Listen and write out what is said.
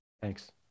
Thanks